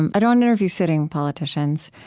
and i don't interview sitting politicians.